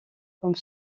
comme